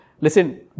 listen